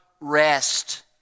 rest